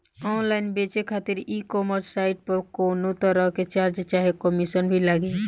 Online बेचे खातिर e commerce site पर कौनोतरह के चार्ज चाहे कमीशन भी लागी?